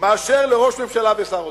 מאשר לראש ממשלה ושר אוצר.